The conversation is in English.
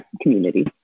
community